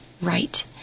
right